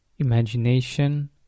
Imagination